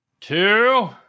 two